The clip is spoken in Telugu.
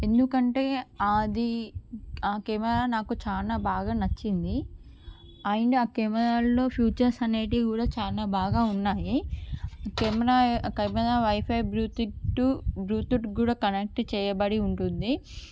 ఎందుకు అంటే అది ఆ కెమెరా నాకు చాలా బాగా నచ్చింది అండ్ ఆ కెమెరాల్లో ఫీచర్స్ అనేటివి కూడా చాలా బాగా ఉన్నాయి camera wifi Bluetooth to Bluetooth కూడా కనెక్ట్ చేయబడి ఉంటుంది